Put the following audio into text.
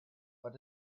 but